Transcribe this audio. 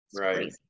Right